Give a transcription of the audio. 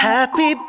Happy